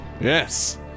Yes